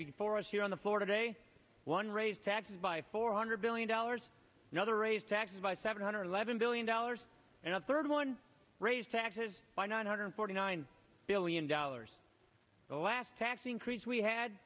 before us here on the floor today one raised taxes by four hundred billion dollars another raised taxes by seven hundred eleven billion dollars and a third one raised taxes by nine hundred forty nine billion dollars the last tax increase we had